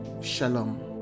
Shalom